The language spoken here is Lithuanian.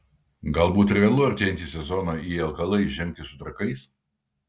galbūt realu artėjantį sezoną į lkl įžengti su trakais